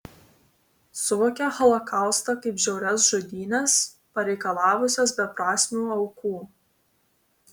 suvokia holokaustą kaip žiaurias žudynes pareikalavusias beprasmių aukų